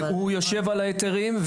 הוא יושב על ההיתרים.